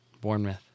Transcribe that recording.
Bournemouth